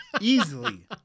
easily